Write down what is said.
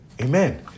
amen